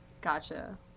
Gotcha